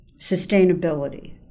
sustainability